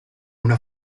una